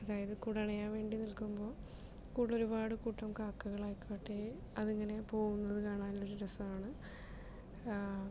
അതായത് കൂടണയാൻ വേണ്ടി നിൽക്കുമ്പോൾ കൂടെ ഒരുപാട് കൂട്ടം കാക്കകളായിക്കോട്ടെ അതിങ്ങനെ പോകുന്നത് കാണാൻ ഒരു രസാണ്